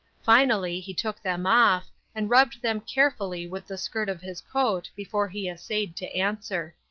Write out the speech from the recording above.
finally he took them off, and rubbed them carefully with the skirt of his coat before he essayed to answer.